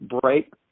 break